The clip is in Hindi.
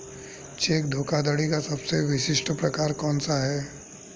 चेक धोखाधड़ी का सबसे विशिष्ट प्रकार कौन सा है?